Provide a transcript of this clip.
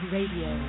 Radio